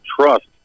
trust